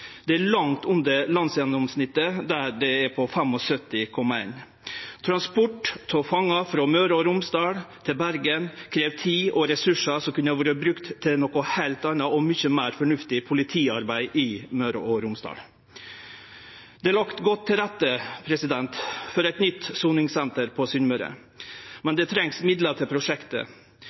Det er langt under landsgjennomsnittet, som er på 75,1. Transport av fangar frå Møre og Romsdal til Bergen krev tid og ressursar som kunne ha vore brukte til noko heilt anna og mykje meir fornuftig politiarbeid i Møre og Romsdal. Det er lagt godt til rette for eit nytt soningssenter på Sunnmøre, men det trengst midlar til prosjektet.